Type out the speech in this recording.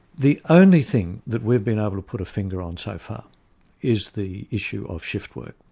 the only thing that we've been able to put a finger on so far is the issue of shift work.